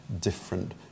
different